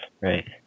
right